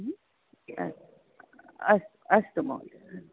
ह्म् अस्तु अस्तु महोदयः